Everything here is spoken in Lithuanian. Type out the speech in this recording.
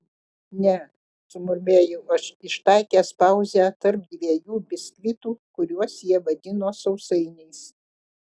mm ne sumurmėjau aš ištaikęs pauzę tarp dviejų biskvitų kuriuos jie vadino sausainiais